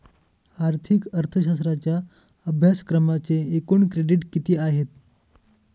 आर्थिक अर्थशास्त्राच्या अभ्यासक्रमाचे एकूण क्रेडिट किती आहेत?